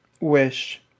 Wish